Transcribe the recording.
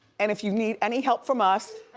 and if you need any help from us,